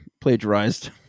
plagiarized